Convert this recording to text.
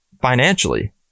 financially